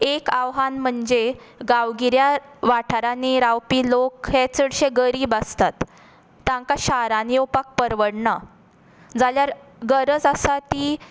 एक आव्हान म्हणजे गांवगिऱ्या वाठारांनी रावपी लोक हे चडशे गरीब आसता तांकां शारान येवपाक परवडना जाल्यार गरज आसा ती